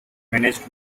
managed